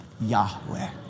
Yahweh